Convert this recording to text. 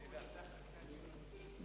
לדיון מוקדם בוועדת הכלכלה נתקבלה.